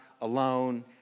alone